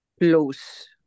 close